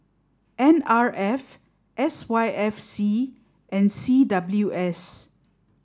N R F S Y F C and C W S